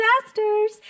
disasters